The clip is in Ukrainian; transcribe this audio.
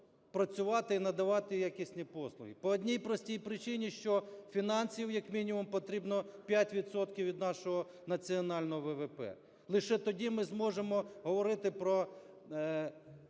працювати і надавати якісні послуги по одній простій причині, що фінансів як мінімум потрібно 5 відсотків від нашого національного ВВП. Лише тоді ми зможемо говорити про